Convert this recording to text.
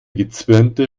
gezwirnte